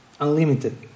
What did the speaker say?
unlimited